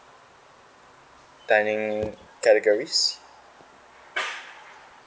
dining categories